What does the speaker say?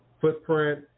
footprint